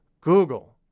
Google